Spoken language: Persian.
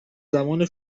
زمان